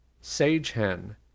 sage-hen